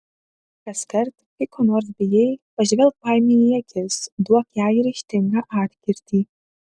kaskart kai ko nors bijai pažvelk baimei į akis duok jai ryžtingą atkirtį